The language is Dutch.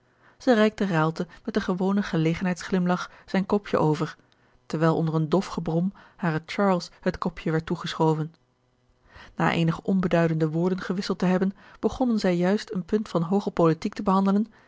zij reikte raalte met den gewonen gelegenheids glimlach zijn kopje over terwijl onder een dof gebrom haren charles het kopje werd toegeschoven na eenige onbeduidende woorden gewisseld te hebben begonnen zij juist een punt van hooge politiek te behandelen